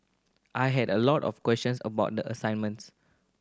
I had a lot of questions about the assignments